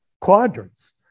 quadrants